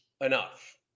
enough